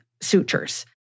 sutures